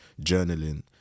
journaling